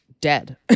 dead